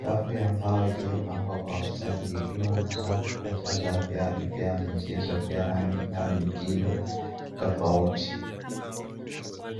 Rafu ya mbao iliyopangwa kwa ustadi ikiwa na safu kadhaa ya viatu vya michezo vya rangi na mitindo tofauti.